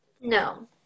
No